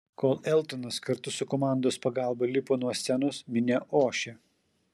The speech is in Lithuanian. kol eltonas kartu su komandos pagalba lipo nuo scenos minia ošė